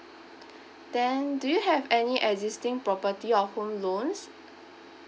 then do you have any existing property or home loans